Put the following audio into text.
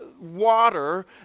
water